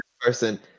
person